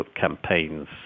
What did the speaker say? campaigns